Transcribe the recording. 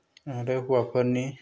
आरो हौवाफोरनि